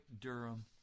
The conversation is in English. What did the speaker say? Durham